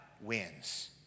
wins